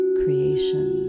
creation